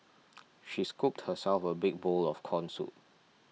she scooped herself a big bowl of Corn Soup